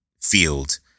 field